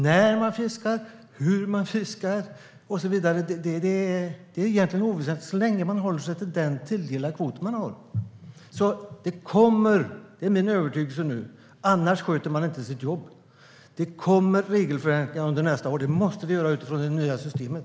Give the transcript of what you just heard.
När man fiskar, hur man fiskar och så vidare är egentligen oväsentligt så länge man håller sig till den kvot man har tilldelats. Det är min övertygelse att det kommer regelförenklingar under nästa år - annars sköter man inte sitt jobb. Det måste det göra utifrån det nya systemet.